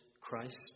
Christ